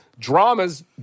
drama's